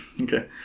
Okay